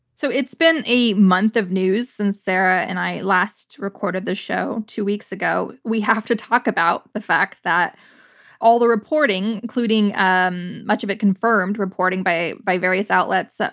so it's been a month of news since sarah and i last recorded the show two weeks ago. we have to talk about the fact that all the reporting, including um much of it confirmed reporting by by various outlets,